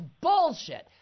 bullshit